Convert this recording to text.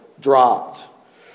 dropped